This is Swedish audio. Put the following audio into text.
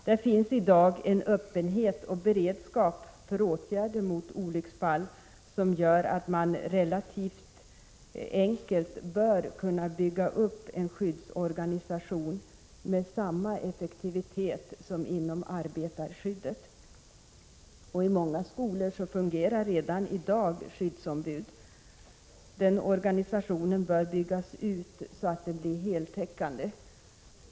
Där finns i dag en öppenhet och en beredskap för åtgärder mot olycksfall som gör att man med relativt enkla medel bör kunna bygga upp en skyddsorganisation med samma effektivitet som arbetarskyddet. I många skolor fungerar redan i dag skyddsombud. Denna organisation bör byggas ut så att den blir heltäckande.